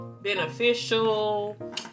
beneficial